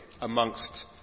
amongst